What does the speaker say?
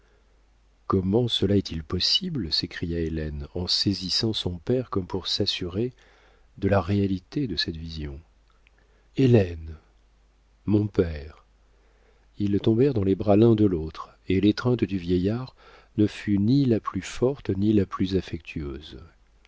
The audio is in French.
comment cela est-il possible s'écria hélène en saisissant son père comme pour s'assurer de la réalité de cette vision hélène mon père ils tombèrent dans les bras l'un de l'autre et l'étreinte du vieillard ne fut ni la plus forte ni la plus affectueuse